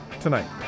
tonight